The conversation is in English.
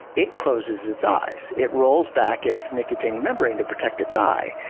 it closes its eyes. it rolls back its nictitating membrane to protect its eye.